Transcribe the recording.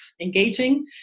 engaging